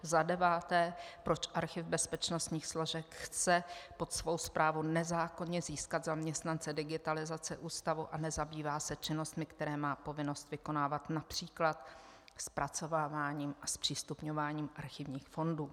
Za deváté, proč Archiv bezpečnostních složek chce pod svou správu nezákonně získat zaměstnance digitalizace Ústavu a nezabývá se činnostmi, které má povinnost vykonávat, například zpracováváním a zpřístupňováním archivních fondů.